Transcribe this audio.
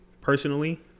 personally